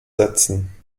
setzen